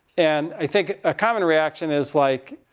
and i think a common reaction is like,